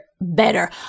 better